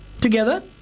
together